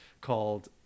called